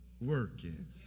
working